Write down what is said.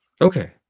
Okay